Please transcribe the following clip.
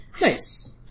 Nice